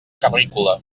carrícola